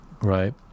Right